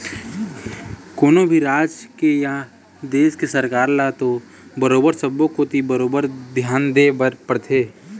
कोनो भी राज के या देश के सरकार ल तो बरोबर सब्बो कोती बरोबर धियान देय बर परथे